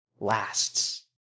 lasts